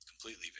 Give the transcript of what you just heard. completely